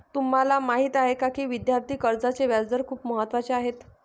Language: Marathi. तुम्हाला माहीत आहे का की विद्यार्थी कर्जाचे व्याजदर खूप महत्त्वाचे आहेत?